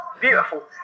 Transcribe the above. beautiful